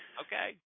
Okay